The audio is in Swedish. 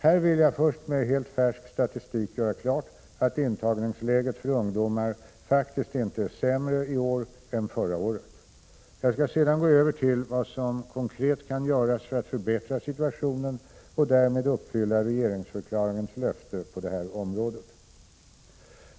Här vill jag först med helt färsk statistik göra klart att intagningsläget för ungdomar faktiskt inte är sämre i år än förra året. Jag skall sedan gå över till vad som konkret kan göras för att förbättra situationen och därmed uppfylla regeringsförklaringens löfte på det här området.